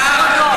זה לא יפה.